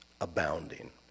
abounding